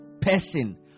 person